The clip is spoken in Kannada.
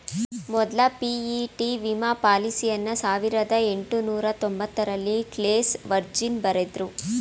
ಮೊದ್ಲ ಪಿ.ಇ.ಟಿ ವಿಮಾ ಪಾಲಿಸಿಯನ್ನ ಸಾವಿರದ ಎಂಟುನೂರ ತೊಂಬತ್ತರಲ್ಲಿ ಕ್ಲೇಸ್ ವರ್ಜಿನ್ ಬರೆದ್ರು